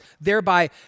thereby